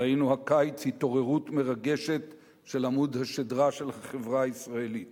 ראינו הקיץ התעוררות מרגשת של עמוד השדרה של החברה הישראלית.